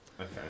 Okay